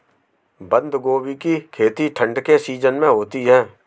बंद गोभी की खेती ठंड के सीजन में होती है